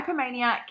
hypomania